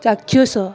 ଚାକ୍ଷୁଷ